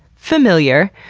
familiar.